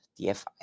DFI